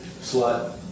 slut